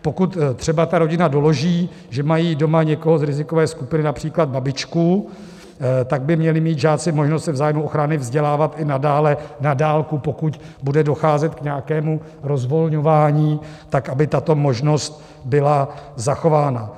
Pokud třeba ta rodina doloží, že mají doma někoho z rizikové skupiny, například babičku, tak by měli mít žáci možnost se v zájmu ochrany vzdělávat i nadále na dálku, pokud bude docházet k nějakému rozvolňování, tak aby tato možnost byla zachována.